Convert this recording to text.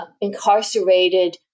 incarcerated